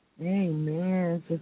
Amen